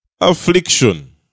Affliction